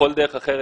בכל דרך אחרת